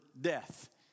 death